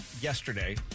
yesterday